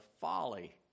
folly